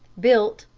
built,